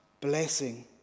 blessing